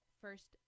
First